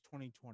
2020